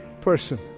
person